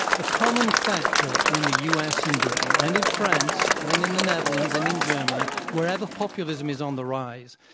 the common factor in the u. s. and britain and in france and in the netherlands and in germany, wherever populism is on the rise,